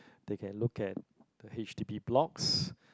they can look at the H_D_B blocks